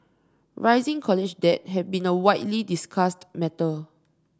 rising college debt has been a widely discussed matter